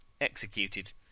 executed